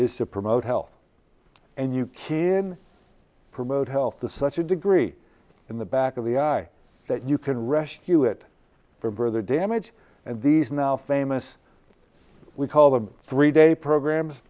is to promote health and you can promote health the such a degree in the back of the eye that you can rescue it for brother damage and these now famous we call them three day programs